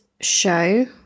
show